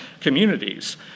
communities